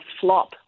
flop